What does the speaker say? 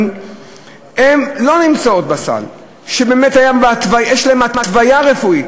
לא נמצאות בסל ובאמת יש להן התוויה רפואית.